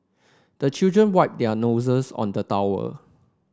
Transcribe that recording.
the children wipe their noses on the towel